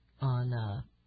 on